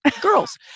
girls